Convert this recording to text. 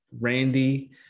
Randy